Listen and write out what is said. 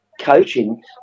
Coaching